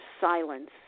silence